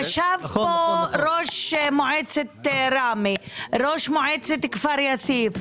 יש פה ראש מועצת רמי, ראש מועצת כפר יאסיף.